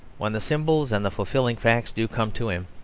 when the symbols and the fulfilling facts do come to him,